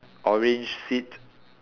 orange feet